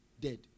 Dead